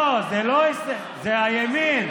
לא, זה הימין.